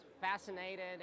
fascinated